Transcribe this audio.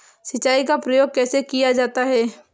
सिंचाई का प्रयोग कैसे किया जाता है?